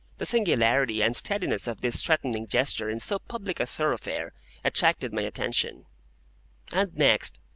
the singularity and steadiness of this threatening gesture in so public a thoroughfare attracted my attention and next,